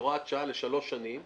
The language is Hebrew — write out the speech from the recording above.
הוראת שעה לשלוש שנים,